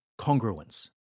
congruence